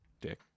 dick